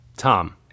Tom